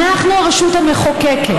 אנחנו הרשות המחוקקת,